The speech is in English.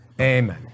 Amen